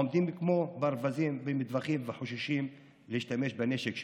עומדים כמו ברווזים במטווחים וחוששים להשתמש בנשק שלהם.